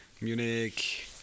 Munich